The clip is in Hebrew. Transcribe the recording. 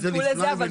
ומלפנים.